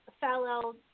fellow